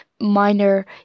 minor